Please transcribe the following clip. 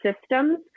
systems